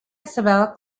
isabella